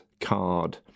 card